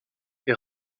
est